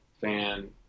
fan